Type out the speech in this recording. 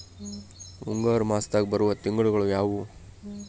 ಮುಂಗಾರು ಮಾಸದಾಗ ಬರುವ ತಿಂಗಳುಗಳ ಯಾವವು?